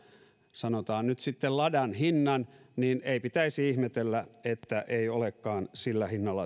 sanotaan nyt sitten ladan hinnan niin ei pitäisi ihmetellä ettei olekaan sillä hinnalla